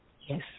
Yes